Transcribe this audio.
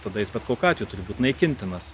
tada jis bet kokiu atveju turi būt naikintinas